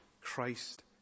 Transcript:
Christ